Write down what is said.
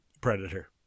Predator